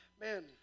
man